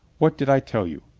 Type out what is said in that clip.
what did i tell you?